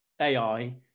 AI